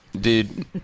dude